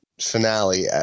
finale